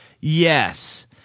Yes